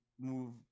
move